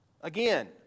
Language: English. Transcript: Again